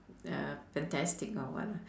uh fantastic or what lah